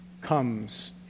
comes